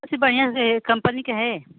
बढ़िया से कंपनी के हैं